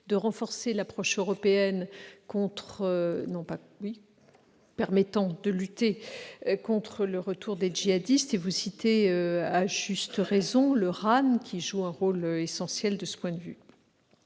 de renforcer l'approche européenne en matière de lutte contre le retour des djihadistes. Vous avez cité à juste titre le RAN, qui joue un rôle essentiel de ce point de vue.